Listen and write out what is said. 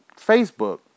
Facebook